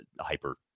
hyper